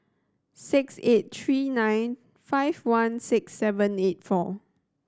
six eight three nine five one six seven eight four